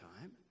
time